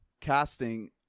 casting